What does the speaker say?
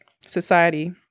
society